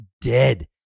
DEAD